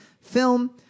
film